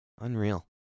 Unreal